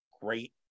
great